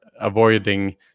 avoiding